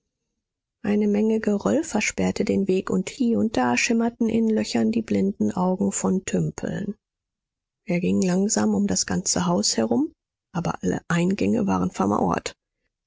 eine menge geröll versperrte den weg und hie und da schimmerten in löchern die blinden augen von tümpeln er ging langsam um das ganze haus herum aber alle eingänge waren